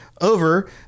over